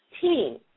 team